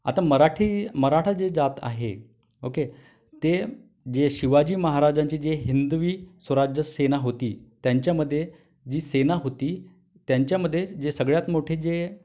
आता मराठी मराठा जे जात आहे ओके ते जे शिवाजी महाराजांचे जे हिंदवी स्वराज्य सेना होती त्यांच्यामध्ये जी सेना होती त्यांच्यामध्ये जे सगळ्यात मोठे जे